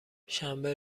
شنبه